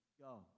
Go